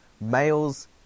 Males